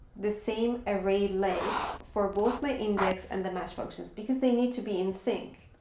the same array length, for both my index and the match functions, because they need to be in sync,